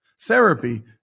therapy